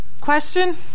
question